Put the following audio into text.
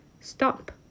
stop